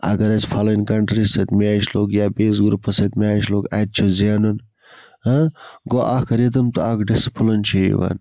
اگر أسۍ فَلٲنٛۍ کَنٹری سۭتۍ میچ لوٚگ یا بیٚیِس گرُپَس سۭتۍ میچ لوٚگ یہِ چھُ زینُن گوٚو اکھ رِدِم تہٕ اکھ ڈِسپلن چھُ یِوان